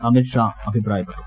അമിത്ഷാ അഭിപ്രായപ്പെട്ടു